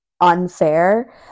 unfair